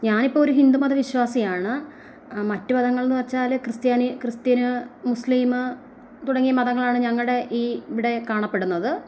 ഞാനിപ്പോൾ ഒരു ഹിന്ദു മത വിശ്വാസിയാണ് മറ്റു മതങ്ങൾ എന്നു വെച്ചാൽ ക്രിസ്ത്യാനി ക്രിസ്ത്യനോ മുസ്ലീം തുടങ്ങിയ മതങ്ങളാണ് ഞങ്ങളുടെ ഈ ഇവിടെ കാണപ്പെടുന്നത്